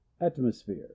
atmosphere